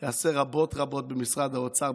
הוא יעשה רבות רבות במשרד האוצר.